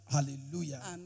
Hallelujah